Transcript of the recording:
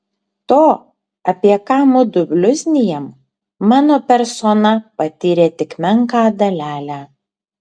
to apie ką mudu bliuznijam mano persona patyrė tik menką dalelę